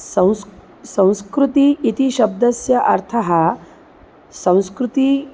संस् संस्कृतिः इति शब्दस्य अर्थः संस्कृतिः